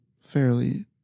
fairly